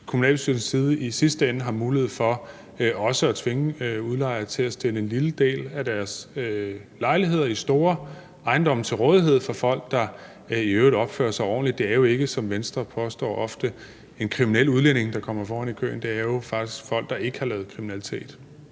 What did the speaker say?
kommunalbestyrelsens side i sidste ende har mulighed for også at tvinge udlejere til at stille en lille del af deres lejligheder i store ejendomme til rådighed for folk, der i øvrigt opfører sig ordentligt. Det er jo ikke, som Venstre ofte påstår, en kriminel udlænding, der kommer foran i køen; det er jo faktisk folk, der ikke har lavet kriminalitet.